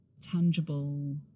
tangible